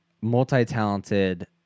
Multi-talented